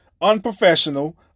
unprofessional